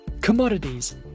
commodities